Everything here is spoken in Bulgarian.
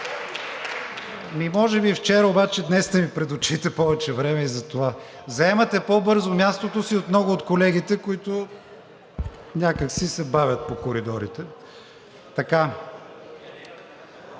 може би и вчера, обаче днес сте ми пред очите повече време и затова. Заемате по-бързо мястото си от много от колегите, които някак си се бавят по коридорите. Подлагам